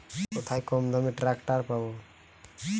কোথায় কমদামে ট্রাকটার পাব?